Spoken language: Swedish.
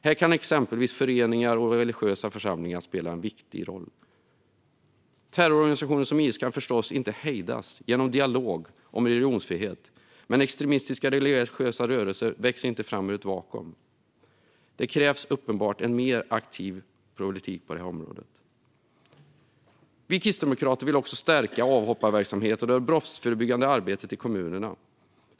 Här kan exempelvis föreningar och religiösa församlingar spela en viktig roll. Terrororganisationer som IS kan förstås inte hejdas genom dialog om religionsfrihet, men extremistiska religiösa rörelser växer inte fram ur ett vakuum. Det är uppenbart att det krävs en mer aktiv politik på det området. Vi kristdemokrater vill också stärka avhopparverksamhet och det brottsförebyggande arbetet i kommunerna.